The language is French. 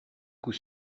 coup